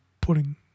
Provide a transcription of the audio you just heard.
putting